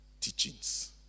teachings